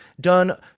done